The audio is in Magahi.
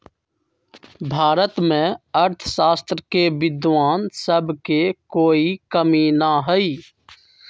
भारत में अर्थशास्त्र के विद्वान सब के कोई कमी न हई